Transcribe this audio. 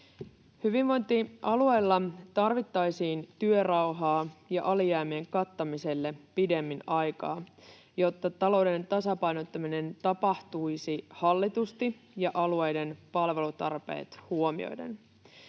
Hyvinvointialueilla tarvittaisiin työrauhaa ja alijäämien kattamiselle pidemmän aikaa, jotta talouden tasapainottaminen tapahtuisi hallitusti ja alueiden palvelutarpeet huomioiden.